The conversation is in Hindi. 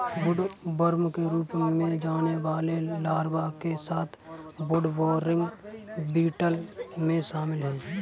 वुडवर्म के रूप में जाने वाले लार्वा के साथ वुडबोरिंग बीटल में शामिल हैं